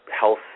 health